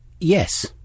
Yes